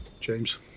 James